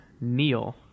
Neil